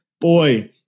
Boy